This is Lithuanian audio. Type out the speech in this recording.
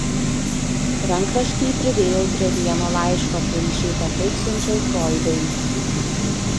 rankraštį pridėjau prie vieno laiško kurį šiaip ar taip siunčiau froidui